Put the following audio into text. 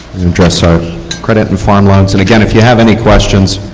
address ah credit and farmlands. and again, if you have any questions,